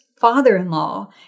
father-in-law